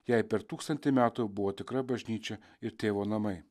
jai per tūkstantį metų buvo tikra bažnyčia ir tėvo namai